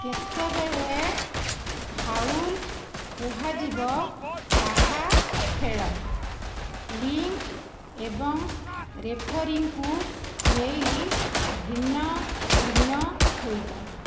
କେତେବେଳେ ଫାଉଲ୍ କୁହାଯିବ ତାହା ଖେଳ ଲିଗ୍ ଏବଂ ରେଫରିକୁ ନେଇ ଭିନ୍ନ ଭିନ୍ନ ହୋଇପାରେ